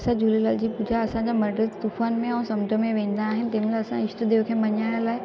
असां झूलेलाल जी पूॼा असांजा मर्द तूफ़ान में ऐं समुंड में वेंदा आहिनि तंहिं महिल असां ईष्ट देव खे मल्हाइण लाइ